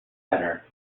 better